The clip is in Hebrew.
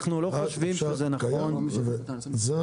אנחנו לא חושבים שזה נכון --- מה